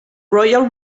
royal